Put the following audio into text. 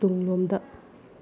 ꯇꯨꯡꯂꯣꯝꯗ